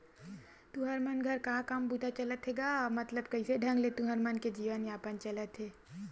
तुँहर मन घर का काम बूता चलथे गा मतलब कइसे ढंग ले तुँहर मन के जीवन यापन चलथे?